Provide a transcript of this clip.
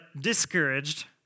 discouraged